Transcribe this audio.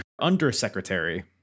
undersecretary